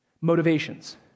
motivations